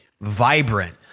vibrant